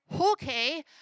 Okay